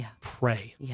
pray